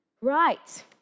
Right